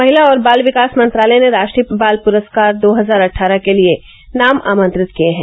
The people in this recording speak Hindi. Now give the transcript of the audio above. महिला और बाल विकास मंत्रालय ने राष्ट्रीय बाल पुरस्कार दो हजार अट्ठारह के लिए नाम आमंत्रित किये हैं